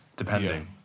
Depending